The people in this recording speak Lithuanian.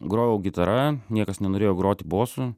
grojau gitara niekas nenorėjo groti bosu